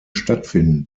stattfinden